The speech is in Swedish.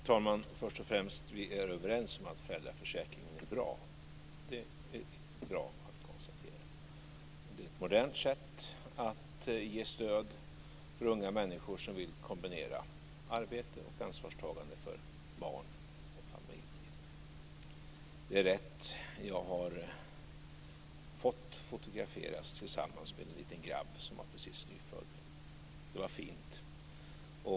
Fru talman! Först och främst vill jag säga att vi är överens om att föräldraförsäkringen är bra. Det är bra att vi kan konstatera det. Det är ett modernt sätt att ge stöd för unga människor som vill kombinera arbete och ansvar för barn och familj. Det är rätt - jag fick fotograferas tillsammans med en liten grabb som var nyfödd. Det var fint.